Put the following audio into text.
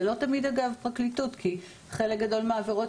זה לא תמיד הפרקליטות כי חלק גדול מהעבירות